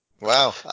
Wow